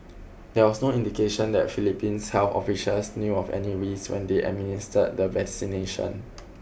there was no indication that Philippines health officials knew of any risks when they administered the vaccination